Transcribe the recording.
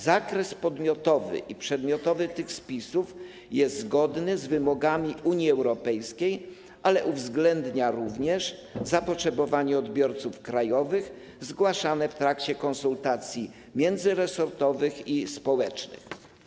Zakres podmiotowy i przedmiotowy tych spisów jest zgodny z wymogami Unii Europejskiej, ale uwzględnia również zapotrzebowanie odbiorców krajowych, zgłaszane w trakcie konsultacji międzyresortowych i społecznych.